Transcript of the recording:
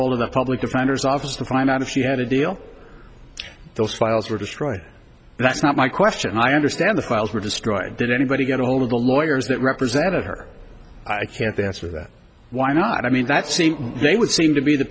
ahold of the public defender's office to find out if you had a deal those files were destroyed that's not my question i understand the files were destroyed did anybody get a hold of the lawyers that represented her i can't answer that why not i mean that's they would seem to be the